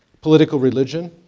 political religion,